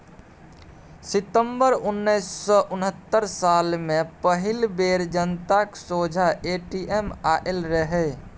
सितंबर उन्नैस सय उनहत्तर साल मे पहिल बेर जनताक सोंझाँ ए.टी.एम आएल रहय